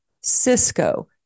Cisco